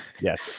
yes